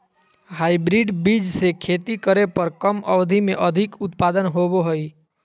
hybrid बीज से खेती करे पर कम अवधि में अधिक उत्पादन होबो हइ